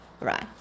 right